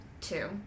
two